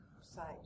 side